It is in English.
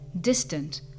distant